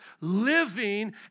living